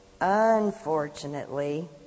Unfortunately